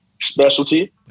specialty